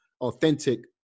authentic